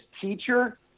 teacher